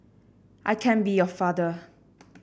I can be your father